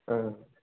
औ